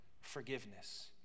forgiveness